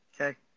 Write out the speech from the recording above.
Okay